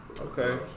Okay